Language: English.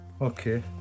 Okay